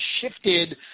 shifted